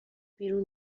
بیرون